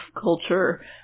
culture